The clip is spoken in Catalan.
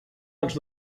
dels